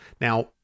Now